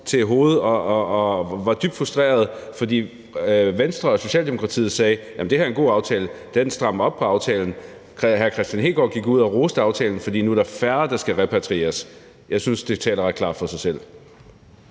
til hovedet og var dybt frustrerede. For Venstre og Socialdemokratiet sagde: Det her er en god aftale. Den strammer op på aftalen. Hr. Kristian Hegaard gik ud og roste aftalen, fordi der nu er færre, der skal repatrieres. Jeg synes, det taler ret klart for sig selv.